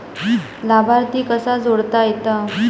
लाभार्थी कसा जोडता येता?